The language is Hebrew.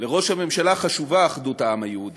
לראש הממשלה חשובה אחדות העם היהודי,